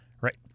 right